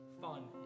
fun